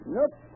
Nope